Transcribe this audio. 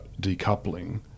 decoupling